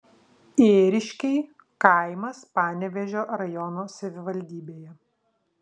ėriškiai kaimas panevėžio rajono savivaldybėje